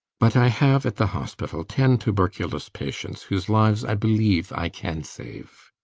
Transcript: but i have at the hospital ten tuberculous patients whose lives i believe i can save.